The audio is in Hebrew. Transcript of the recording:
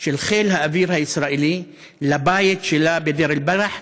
של חיל האוויר הישראלי לבית שלה בדיר אל-בלח,